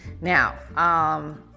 now